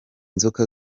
nzoka